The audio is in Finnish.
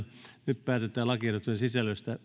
nyt päätetään lakiehdotusten sisällöstä